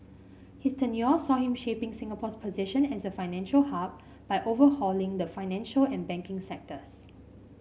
his tenure saw him shaping Singapore's position as a financial hub by overhauling the financial and banking sectors